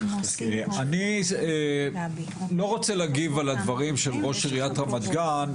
אני לא רוצה להגיב על הדברים של ראש עריית רמת גן,